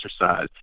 exercise